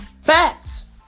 Facts